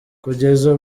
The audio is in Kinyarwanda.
kugeza